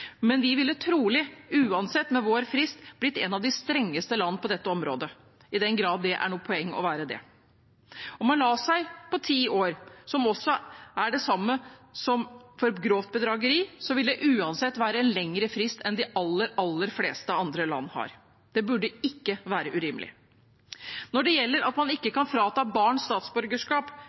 men vi ville trolig uansett med vår frist blitt et av de strengeste land på dette området – i den grad det er noe poeng å være det. Om man la seg på ti år, som også er det samme som for grovt bedrageri, ville det uansett være en lengre frist enn de aller fleste andre land har. Det burde ikke være urimelig. Når det gjelder at man ikke kan frata barn statsborgerskap,